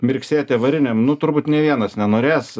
mirksėti avarinėm nu turbūt nė vienas nenorės